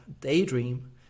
daydream